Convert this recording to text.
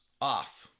off